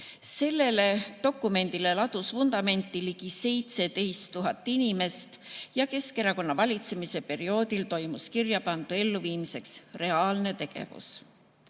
Sellele dokumendile ladus vundamenti ligi 17 000 inimest ja Keskerakonna valitsemise perioodil toimus kirjapandu elluviimiseks reaalne tegevus.